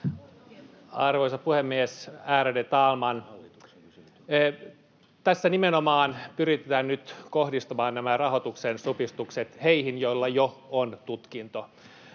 Arvoisa puhemies, ärade talman! Tässä nimenomaan pyritään nyt kohdistamaan nämä rahoituksen supistukset heihin, joilla jo on tutkinto.